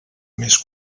més